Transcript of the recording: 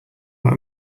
what